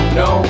no